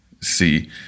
see